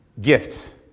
gifts